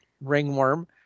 ringworm